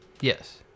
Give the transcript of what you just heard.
Yes